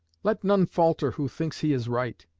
let none falter who thinks he is right,